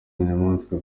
nyamaswa